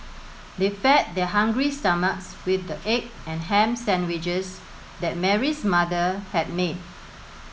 they fed their hungry stomachs with the egg and ham sandwiches that Mary's mother had made